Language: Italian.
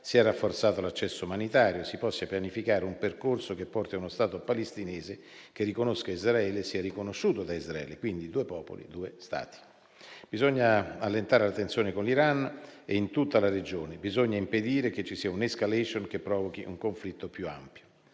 sia rafforzato l'accesso umanitario, si possa pianificare un percorso che porti a uno Stato palestinese che riconosca Israele e sia riconosciuto da Israele, e quindi due popoli e due Stati. Bisogna allentare la tensione con l'Iran e in tutta la regione bisogna impedire che ci sia una *escalation* che provochi un conflitto più ampio.